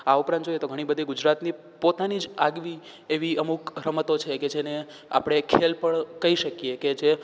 આ ઉપરાંત જોઈએ તો ઘણી બધી ગુજરાતની પોતાની જ આગવી એવી અમુક રમતો છે કે જેને આપણે ખેલ પણ કહી શકીએ કે જે